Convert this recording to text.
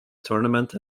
tournament